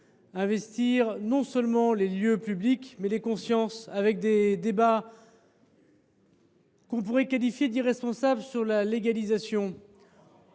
investir non seulement les lieux publics, mais les consciences, des débats que l’on peut qualifier d’irresponsables sur la légalisation.